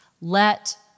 Let